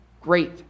great